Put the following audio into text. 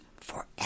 forever